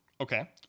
okay